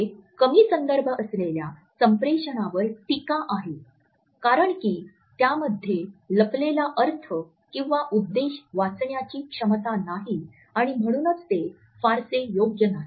हे कमी संदर्भ असलेल्या संप्रेषणावर टीका आहे कारण की त्यामध्ये लपलेला अर्थ किंवा उद्देश वाचण्याची क्षमता नाही आणि म्हणूनच ते फारसे योग्य नाही